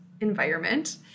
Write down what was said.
environment